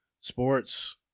sports